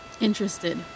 interested